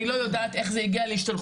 אני לא יודעת איך זה הגיע להשתלחויות